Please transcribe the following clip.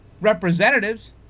representatives